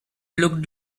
looked